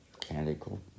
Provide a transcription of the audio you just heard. Canticle